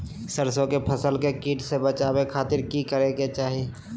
सरसों की फसल के कीट से बचावे खातिर की करे के चाही?